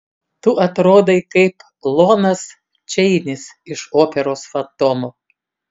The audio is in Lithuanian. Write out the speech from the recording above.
tu atrodai kaip lonas čeinis iš operos fantomo